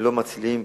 ללא מצילים,